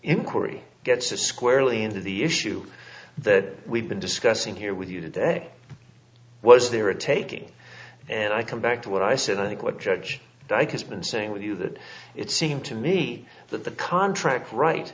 inquiry gets a squarely into the issue that we've been discussing here with you today was there a taking and i come back to what i said i think what judge dyke has been saying with you that it seemed to me that the contract right